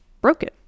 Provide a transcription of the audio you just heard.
broken